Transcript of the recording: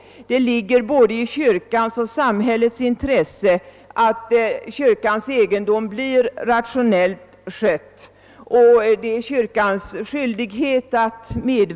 Det ligger i både kyrkans och samhällets intresse att kyrkans egendom blir rationellt skött.